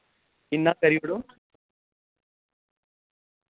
इन्ना करी ओड़ो